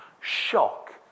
Shock